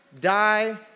die